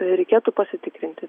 reikėtų pasitikrinti